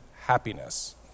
happiness